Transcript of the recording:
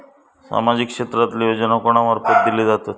सामाजिक क्षेत्रांतले योजना कोणा मार्फत दिले जातत?